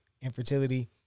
infertility